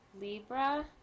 Libra